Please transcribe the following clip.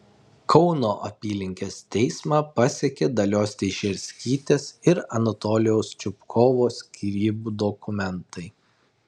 kauno apylinkės teismą pasiekė dalios teišerskytės ir anatolijaus čupkovo skyrybų dokumentai